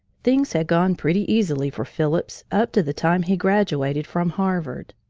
things had gone pretty easily for phillips up to the time he graduated from harvard.